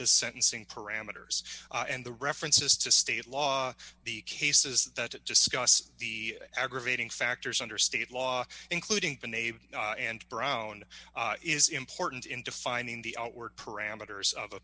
the sentencing parameters and the references to state law the cases that discuss the aggravating factors under state law including the navy and brown is important in defining the outward parameters of a